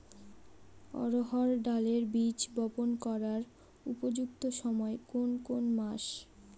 অড়হড় ডালের বীজ বপন করার উপযুক্ত সময় কোন কোন মাস?